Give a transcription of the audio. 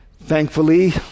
Thankfully